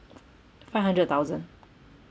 five hundred thousand